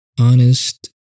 honest